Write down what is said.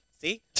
See